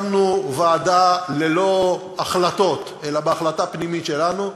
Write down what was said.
הקמנו ועדה, ללא החלטות, אלא בהחלטה פנימית שלנו,